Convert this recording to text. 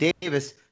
Davis